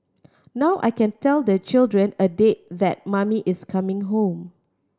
now I can tell the children a date that mummy is coming home